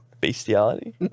bestiality